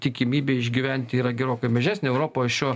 tikimybė išgyventi yra gerokai mažesnė europoje šiuo